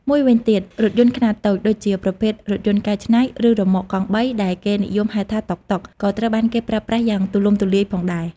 មួយវិញទៀត រថយន្តខ្នាតតូច ដូចជាប្រភេទរថយន្តកែច្នៃ ឬរ៉ឺម៉កកង់បីដែលគេនិយមហៅថា តុកតុក ក៏ត្រូវបានគេប្រើប្រាស់យ៉ាងទូលំទូលាយផងដែរ។